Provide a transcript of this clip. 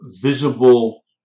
visible